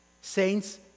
Saints